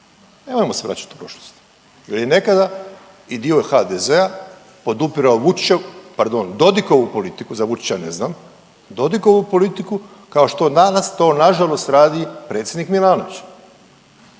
nemojmo se vraćat u prošlost jer je nekada i dio HDZ-a podupirao Vučićev, pardon Dodikovu politiku, za Vučića ne znam, Dodikovu politiku kao što danas to nažalost radi predsjednik Milanović.